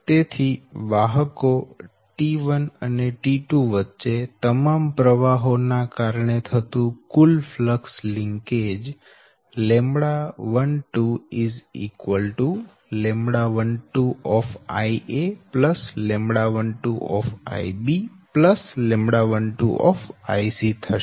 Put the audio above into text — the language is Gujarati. તેથી વાહકો T1 અને T2 વચ્ચે તમામ પ્રવાહો ના કારણે થતું કુલ ફ્લક્સ લિંકેજ λ12 λ12 λ12 λ12 થશે